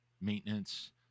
maintenance